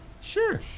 sure